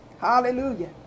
Hallelujah